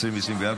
התשפ"ד 2024,